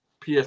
PS